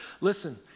Listen